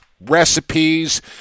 recipes